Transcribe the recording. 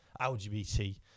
LGBT